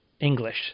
English